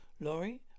Laurie